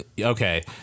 Okay